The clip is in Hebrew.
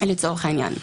לצורך העניין.